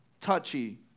touchy